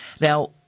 Now